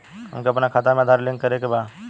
हमके अपना खाता में आधार लिंक करें के बा?